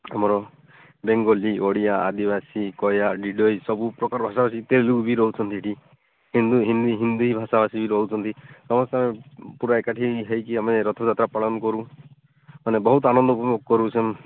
ଆମର ବେଙ୍ଗଳୀ ଓଡ଼ିଆ ଆଦିବାସୀ ଗୟା ନିଡ଼ଇ ସବୁ ପ୍ରକାର ଭାଷାଭାଷୀ ତେଲୁଗୁ ଭି ରହୁଛନ୍ତି ଏଠି ହିନ୍ଦୀ ହିନ୍ଦୀ ହିନ୍ଦୀ ଭାଷା ଆସିକି ରହୁଛନ୍ତି ସମସ୍ତେ ପୂରା ଏକାଠି ହେଇକି ଆମେ ରଥଯାତ୍ରା ପାଳନ କରୁ ମାନେ ବହୁତ ଆନନ୍ଦପୂର୍ଣ୍ଣ କରୁଛନ୍